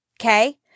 okay